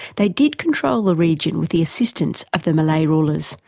they did control the region with the assistance of the malay rules,